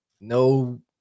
no